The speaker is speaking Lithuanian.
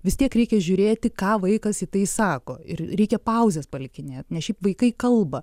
vis tiek reikia žiūrėti ką vaikas į tai sako ir reikia pauzes palikinėt nes šiaip vaikai kalba